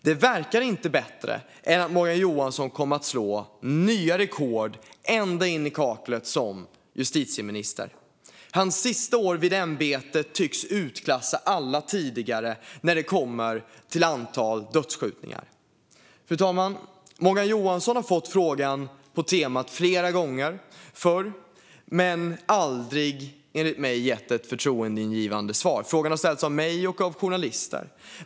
Det verkar inte bättre än att Morgan Johansson kommer att slå nya rekord ända in i kaklet som justitieminister. Hans sista år i ämbetet tycks utklassa alla tidigare när det kommer till antalet dödsskjutningar. Fru talman! Morgan Johansson har fått frågan på temat flera gånger förr men aldrig, enligt mig, gett ett förtroendeingivande svar. Frågan har ställts av mig och av journalister.